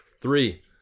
three